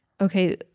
Okay